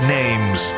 names